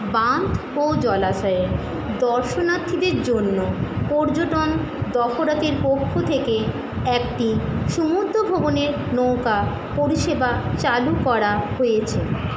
বাঁধ ও জলাশয়ে দর্শনার্থীদের জন্য পর্যটন দপ্তেরের পক্ষ থেকে একটি সমুদ্র ভ্রমণের নৌকা পরিষেবা চালু করা হয়েছে